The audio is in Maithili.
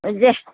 अऽ जे